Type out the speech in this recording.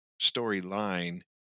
storyline